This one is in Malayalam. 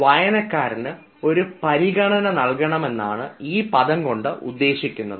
വായനക്കാരന് ഒരു പരിഗണന നൽകണമെന്നാണ് ഈ പദം കൊണ്ട് ഉദ്ദേശിക്കുന്നത്